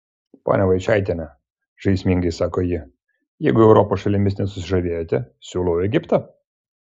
ponia vaičaitiene žaismingai sako ji jeigu europos šalimis nesusižavėjote siūlau egiptą